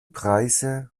preise